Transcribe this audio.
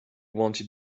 wanted